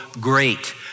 great